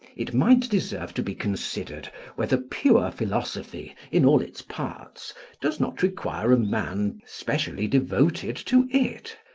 it might deserve to be considered whether pure philosophy in all its parts does not require a man specially devoted to it,